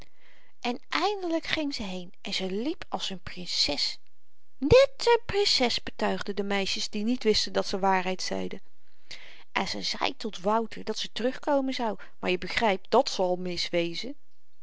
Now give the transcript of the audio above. en eindelyk ging ze heen en ze liep als een prinses net n prinses betuigden de meisjes die niet wisten dat ze waarheid zeiden en ze zei tot wouter dat ze terugkomen zou maar je begrypt dat zal mis wezen